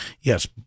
Yes